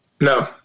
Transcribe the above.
No